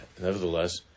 Nevertheless